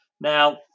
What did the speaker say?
Now